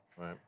Right